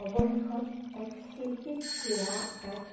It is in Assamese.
অৱশেষত এক শিল্পী ক্ৰীড়া এক